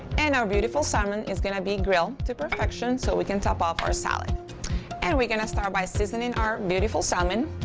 and our beautiful salmon is going to be grilled to perfection so we can top off our salad and we're going to start by seasoning our beautiful salmon.